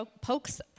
pokes